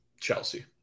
Chelsea